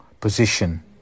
position